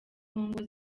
congo